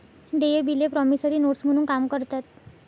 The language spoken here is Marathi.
देय बिले प्रॉमिसरी नोट्स म्हणून काम करतात